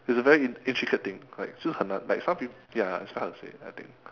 it's a very in~ intricate thing like 就很难 like some peop~ ya it's quite hard to say I think